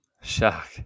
shock